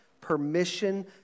permission